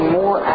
more